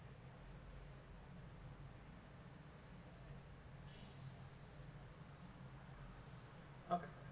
okay